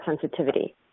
sensitivity